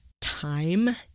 time